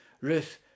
Ruth